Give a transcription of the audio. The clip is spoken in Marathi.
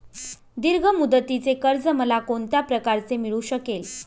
दीर्घ मुदतीचे कर्ज मला कोणत्या प्रकारे मिळू शकेल?